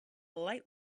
light